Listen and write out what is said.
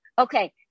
Okay